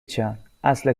چند، اصل